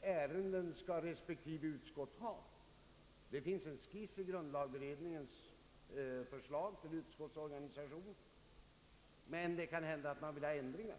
ären den mellan olika utskott regleras i riksdagsstadgan. Det finns en skiss i grundlagberedningens förslag till utskottsorganisation, men det kan hända att man vill ha ändringar.